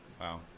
Wow